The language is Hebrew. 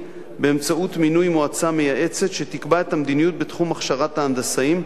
באמצעות מינוי מועצה מייעצת שתקבע את המדיניות בתחום הכשרת ההנדסאים,